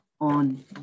on